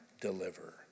deliver